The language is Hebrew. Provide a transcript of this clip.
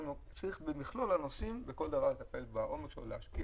צריך להסתכל על מכלול הנושאים ולטפל בכל דבר לעומק ולהשקיע,